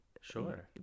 sure